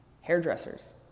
hairdressers